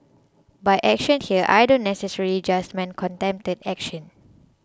by action here I don't necessarily just mean contempt action